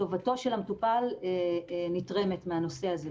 טובתו של המטפל נתרמת מהנושא הזה.